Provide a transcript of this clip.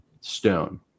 Stone